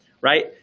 right